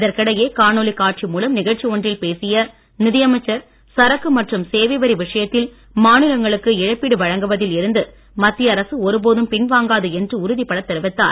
இதற்கிடையே காணொளி காட்சி மூலம் நிகழ்ச்சி ஒன்றில் பேசிய நிதியமைச்சர் சரக்கு மற்றும் சேவை வரி விஷயத்தில் மாநிலங்களுக்கு இழப்பீடு வழங்குவதில் இருந்து மத்திய அரசு ஒருபோதும் பின்வாங்காது என்று உறுதிப்பட தெரிவித்தார்